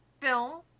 film